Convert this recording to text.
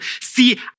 see